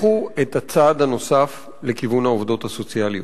לכו את הצעד הנוסף לכיוון העובדות הסוציאליות.